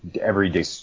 everyday